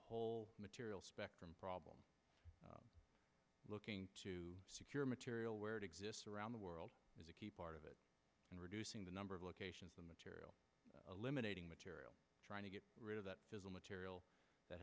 whole material spectrum problem looking to secure material where it exists around the world is a key part of it and reducing the number of locations the material eliminating material trying to get rid of that has a material that